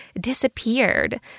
disappeared